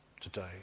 today